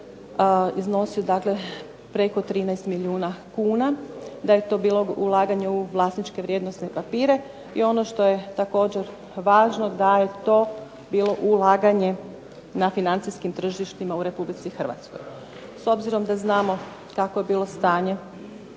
iznosi dakle preko 13 milijuna kuna, da je to bilo ulaganje u vlasničke vrijednosne papire. I ono što je također važno da je to bilo ulaganje na financijskim tržištima u Republici Hrvatskoj. S obzirom da znamo kakvo je bilo stanje